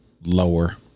lower